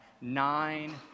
nine